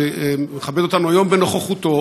שמכבד אותנו היום בנוכחותו,